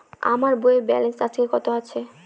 আমার বইয়ের ব্যালেন্স আজকে কত আছে?